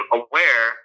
aware